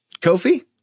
Kofi